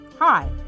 Hi